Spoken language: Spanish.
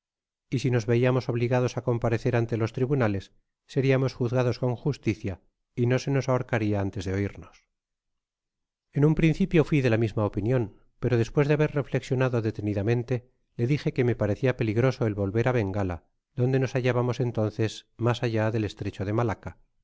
y si nos veiamos obligados á comparecer ante los tribunales seriamos juzgados con justicia y no se nos ahorcaria antes de oírnos en un principio fui de la misma opinion pero despues de haber reflexionado detenidamente le dije que me parecia peligroso el volver á ben gala porque nos hallábamos entonces mas allá del estrecho de malaca